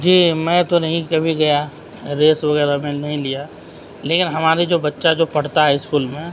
جی میں تو نہیں کبھی گیا ریس وغیرہ میں نہیں لیا لیکن ہماری جو بچّہ جو پڑھتا ہے اسکول میں